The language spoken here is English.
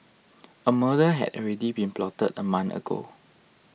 a murder had already been plotted a month ago